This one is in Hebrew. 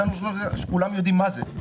כולם יודעים מה זה.